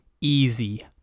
Easy